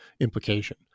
implication